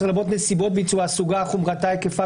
אתה מסתכל על סעיף 9 לחוק שחרור על תנאי ממאסר,